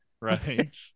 Right